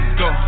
go